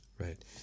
right